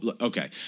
Okay